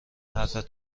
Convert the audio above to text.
حرفتان